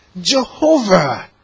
Jehovah